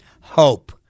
Hope